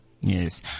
Yes